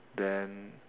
then